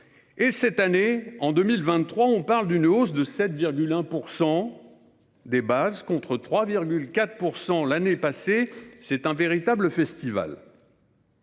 En cette année 2023, on parle d’une hausse de 7,1 % des bases, contre 3,4 % l’année passée. C’est un véritable festival